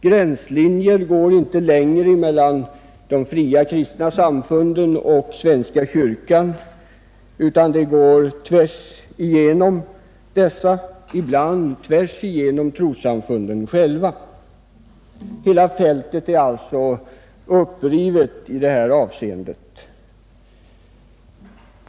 Gränslinjen går inte längre mellan de fria kristna samfunden och svenska kyrkan, utan den går tvärs igenom trossamfunden själva. Hela fältet är alltså upprivet i det här avseendet.